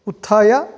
उत्थाय